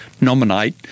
nominate